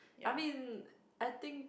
I mean I think